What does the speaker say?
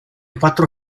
quattro